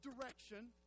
direction